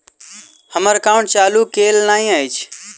हम्मर एकाउंट चालू केल नहि अछि?